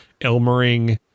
Elmering